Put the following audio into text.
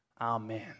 Amen